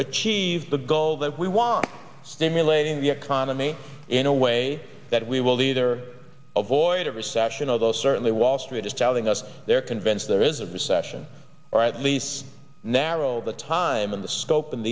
achieve the goal that we want stimulating the economy in a way that we will either avoid a recession although certainly wall street is telling us they're convinced there is a recession or at least narrow the time in the scope and